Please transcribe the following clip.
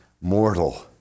mortal